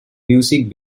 music